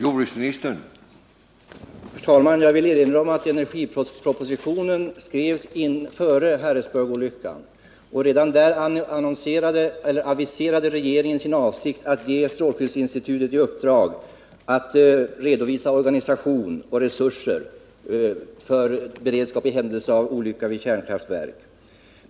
Herr talman! Jag vill erinra om att energipropositionen skrevs före Harrisburgsolyckan. Redan i propositionen aviserar regeringen sin avsikt att ge strålskyddsinstitutet i uppdrag att redovisa organisation och resurser för beredskap i händelse av olycka i kärnkraftverk.